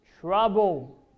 trouble